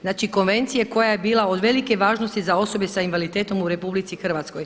Znači Konvencije koja je bila od velike važnosti za osobe sa invaliditetom u RH.